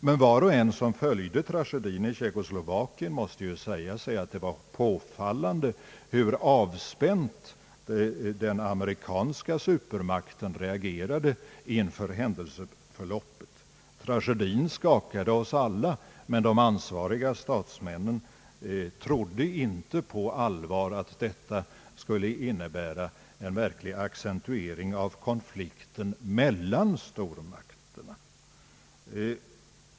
Men var och en som följde tragedin i Tjeckoslovakien måste säga sig att det var påfallande hur avspänt den amerikanska supermakten reagerade inför händelseförloppet. Tragedin skakade oss alla, men de ansvariga statsmännen trodde inte på allvar att den skulle innebära en verklig accentuering av konflikten mellan stormakterna.